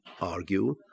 argue